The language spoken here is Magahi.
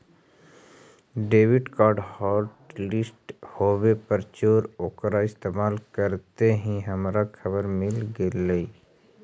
डेबिट कार्ड हॉटलिस्ट होवे पर चोर ओकरा इस्तेमाल करते ही हमारा खबर मिल गेलई